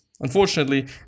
Unfortunately